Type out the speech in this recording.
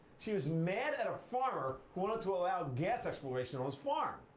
she was mad at a farmer who wanted to allow gas exploration on his farm.